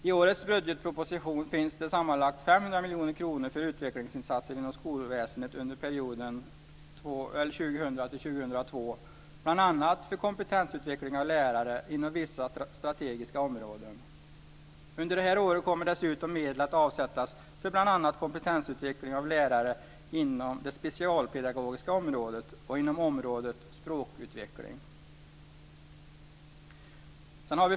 I årets budgetproposition finns sammanlagt 500 miljoner kronor för utvecklingsinsatser inom skolväsendet under perioden 2000-2002, bl.a. för kompetensutveckling av lärare inom vissa strategiska områden. Under detta år kommer dessutom medel att avsättas för bl.a. kompetensutveckling av lärare inom det specialpedagogiska området och inom området språkutveckling.